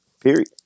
Period